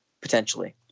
potentially